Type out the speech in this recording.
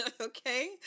Okay